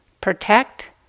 protect